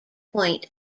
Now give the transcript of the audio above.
point